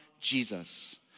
Jesus